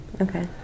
Okay